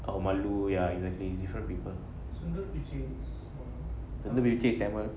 or malu ya exactly different people and then we change tamil